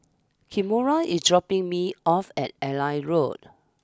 Kimora is dropping me off at Airline Road